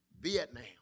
Vietnam